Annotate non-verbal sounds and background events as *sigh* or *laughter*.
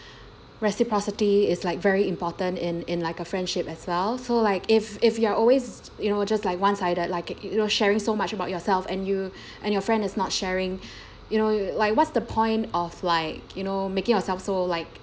*breath* reciprocity is like very important in in like a friendship as well so like if if you're always you know just like one sided like you know sharing so much about yourself and you and your friend is not sharing you know like what's the point of like you know making yourself so like